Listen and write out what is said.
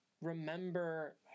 remember